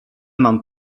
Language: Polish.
mam